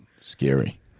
Scary